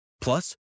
Plus